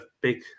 big